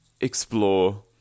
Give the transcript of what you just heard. explore